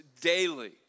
daily